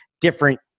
different